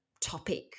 topic